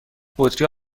بطری